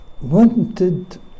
wanted